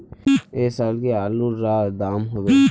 ऐ साल की आलूर र दाम होबे?